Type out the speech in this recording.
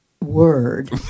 Word